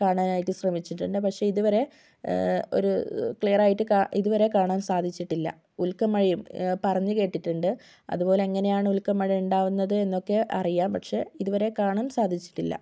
കാണാനായിട്ട് ശ്രമിച്ചിട്ടുണ്ട് പക്ഷെ ഇത് വരെ ഒരു ക്ലിയറായിട്ട് ക ഇത് വരെ കാണാൻ സാധിച്ചിട്ടില്ല ഉൽക്ക മഴയും പറഞ്ഞ് കേട്ടിട്ടുണ്ട് അതുപോലെങ്ങനെയാണ് ഉൽക്ക മഴ ഉണ്ടാകുന്നത് എന്നൊക്കെ അറിയാം പക്ഷെ ഇതുവരെ കാണാൻ സാധിച്ചിട്ടില്ല